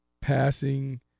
passing